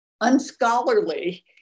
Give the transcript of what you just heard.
unscholarly